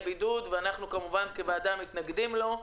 בידוד ואנחנו כמובן כוועדה מתנגדים לו.